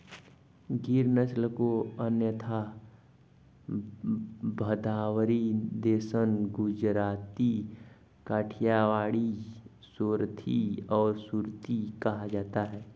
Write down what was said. गिर नस्ल को अन्यथा भदावरी, देसन, गुजराती, काठियावाड़ी, सोरथी और सुरती कहा जाता है